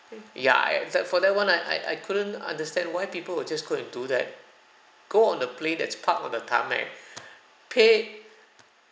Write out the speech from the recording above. ya and it's like for that [one] I I I couldn't understand why people would just go and do that go on a plane that's parked on the tarmac pay